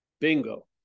bingo